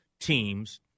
teams